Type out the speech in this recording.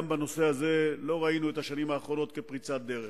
גם בנושא הזה לא ראינו בשנים האחרונות פריצת דרך.